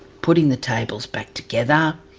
putting the tables back together.